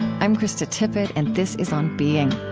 i'm krista tippett, and this is on being